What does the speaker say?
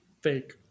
Fake